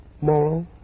moral